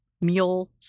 Mule